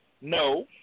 No